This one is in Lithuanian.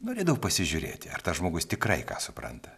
norėdavau pasižiūrėti ar tas žmogus tikrai ką supranta